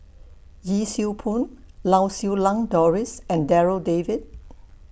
Yee Siew Pun Lau Siew Lang Doris and Darryl David